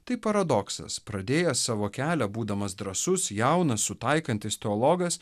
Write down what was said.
tai paradoksas pradėjęs savo kelią būdamas drąsus jaunas sutaikantis teologas